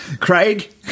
Craig